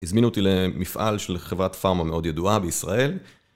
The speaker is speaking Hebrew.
הזמינו אותי למפעל של חברת פארמה מאוד ידועה בישראל.